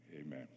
Amen